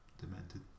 demented